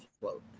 float